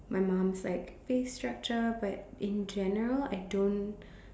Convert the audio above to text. my mom's like face structure but in general I don't